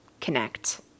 connect